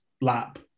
lap